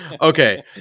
Okay